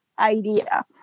idea